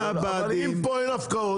אבל אם פה אין הפקעות,